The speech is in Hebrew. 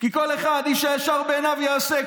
כי איש הישר בעיניו יעשה,